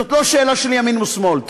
זאת לא שאלה של ימין או שמאל.